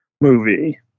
movie